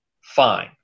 fine